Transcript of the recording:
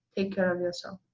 take care of yourself.